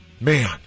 man